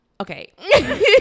Okay